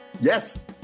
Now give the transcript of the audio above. Yes